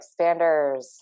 Expanders